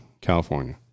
California